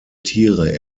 tiere